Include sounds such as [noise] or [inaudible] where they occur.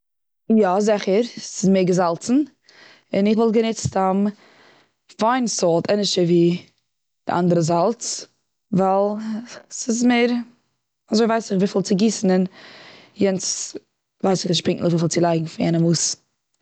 יא, זיכער ס'איז מער געזאלצן, און איך וואלט גענוצט [hesitation] פיין סאלט, ענדערשער ווי די אנדערע זאלץ, ווייל ס'איז מער, ווייל אזוי ווייס איך ווי פיל צי גיסן, און יענץ ווייס איך נישט וויפיל צי לייגן, פון יענע מאס.